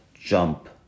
jump